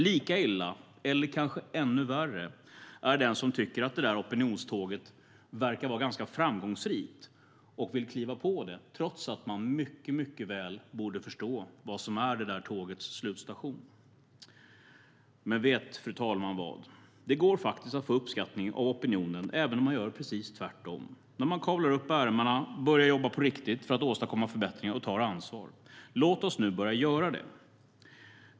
Lika dålig eller kanske ännu sämre är den som tycker att det där opinionståget verkar vara ganska framgångsrikt och vill kliva på det trots att man mycket väl borde förstå vad som är det tågets slutstation. Men vet fru talman vad? Det går faktiskt att få uppskattning av opinionen även om man gör precis tvärtom - när man kavlar upp ärmarna, börjar jobba på riktigt för att åstadkomma förbättringar och tar ansvar. Låt oss nu börja göra det!